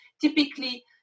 typically